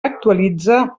actualitza